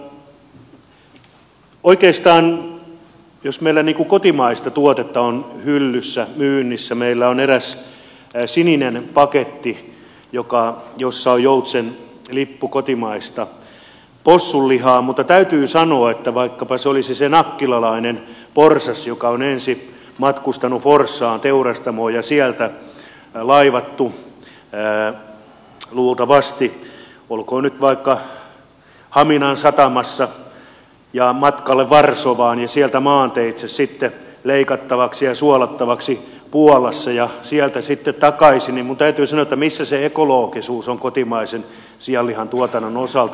oikeastaan jos meillä kotimaista tuotetta on hyllyssä myynnissä meillä on eräs sininen paketti jossa on joutsenlippu kotimaista possunlihaa niin täytyy sanoa että vaikkapa se olisi se nakkilalainen porsas joka on ensin matkustanut forssaan teurastamoon ja sieltä laivattu luultavasti olkoon nyt vaikka haminan satamassa ja matkalle varsovaan ja sieltä maanteitse leikattavaksi ja suolattavaksi puolassa ja sieltä sitten takaisin niin minun täytyy sanoa että missä se ekologisuus on kotimaisen sianlihan tuotannon osalta